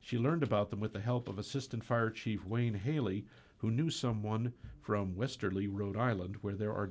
she learned about them with the help of assistant fire chief wayne haley who knew someone from westerly rhode island where there are